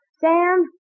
Sam